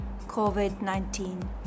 COVID-19